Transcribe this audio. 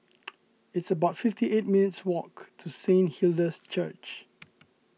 it's about fifty eight minutes' walk to Saint Hilda's Church